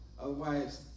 Otherwise